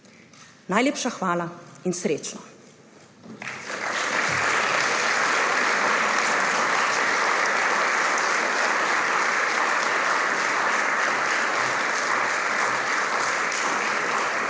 Najlepša hvala in srečno.